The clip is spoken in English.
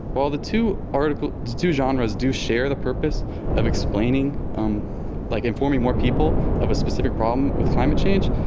while the two articles the two genres do share the purpose of explaining um like informing more people of a specific problem with climate change,